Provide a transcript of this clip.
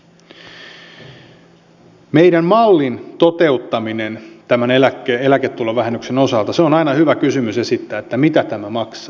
mitä tulee meidän mallimme toteuttamiseen tämän eläketulovähennyksen osalta on aina hyvä esittää kysymys mitä tämä maksaa